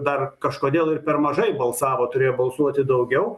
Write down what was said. dar kažkodėl ir per mažai balsavo turėjo balsuoti daugiau